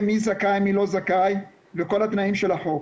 מי זכאי ומי לא זכאי וכל התנאים של החוק,